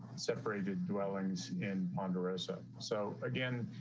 separated dwellings in ponderosa. so again,